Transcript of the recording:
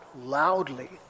loudly